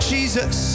Jesus